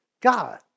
God